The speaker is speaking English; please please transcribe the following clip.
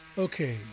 Okay